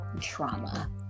trauma